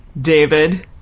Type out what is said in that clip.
David